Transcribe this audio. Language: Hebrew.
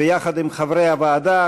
ויחד עם חברי הוועדה,